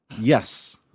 Yes